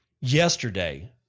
Yesterday